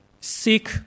Seek